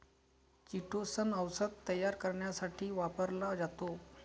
chitosan औषध तयार करण्यासाठी वापरला जातो